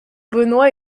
benoit